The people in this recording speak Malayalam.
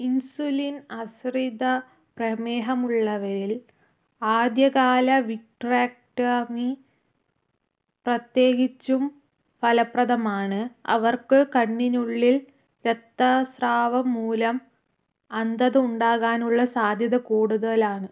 ഇൻസുലിൻ അശ്രിത പ്രമേഹമുള്ളവരിൽ ആദ്യകാല വിട്രാക്ടമി പ്രത്യേകിച്ചും ഫലപ്രദമാണ് അവർക്ക് കണ്ണിനുള്ളിൽ രക്തസ്രാവം മൂലം അന്ധത ഉണ്ടാകാനുള്ള സാധ്യത കൂടുതലാണ്